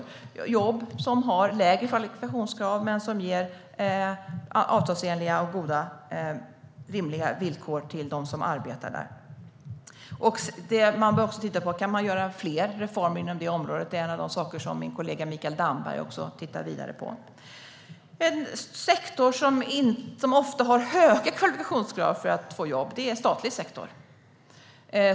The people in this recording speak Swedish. Det är jobb för vilka det ställs lägre kvalifikationskrav men som ger avtalsenliga och rimliga villkor till dem som har dessa jobb. Man behöver också titta på om man kan göra fler reformer inom detta område. Det är en av de saker som min kollega Mikael Damberg tittar vidare på. En sektor där det ofta är höga kvalifikationskrav för att man ska få jobb är statlig sektor.